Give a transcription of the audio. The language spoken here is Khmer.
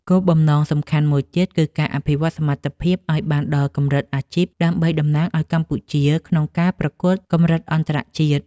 គោលបំណងសំខាន់មួយទៀត គឺការអភិវឌ្ឍសមត្ថភាពឱ្យបានដល់កម្រិតអាជីព ដើម្បីតំណាងឱ្យកម្ពុជាក្នុងការប្រកួតកម្រិតអន្តរជាតិ។